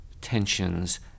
tensions